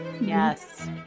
yes